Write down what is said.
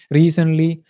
recently